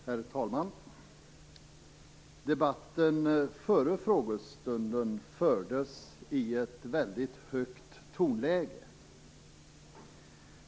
Herr talman! Debatten före frågestunden fördes i ett mycket högt tonläge.